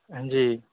जी